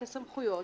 את הסמכויות,